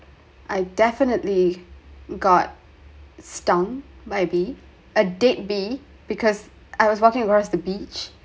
I definitely got stung by a bee a dead bee because I was walking across the beach